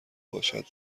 باشد